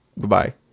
Goodbye